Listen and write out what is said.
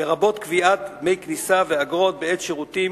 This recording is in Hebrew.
לרבות קביעת דמי כניסה ואגרות בעד שירותים